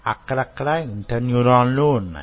అక్కడక్కడ ఇంటర్ న్యూరాన్లు వున్నాయి